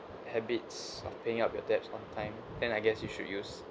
habits of paying up your debts on time then I guess you should use